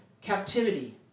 captivity